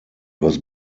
was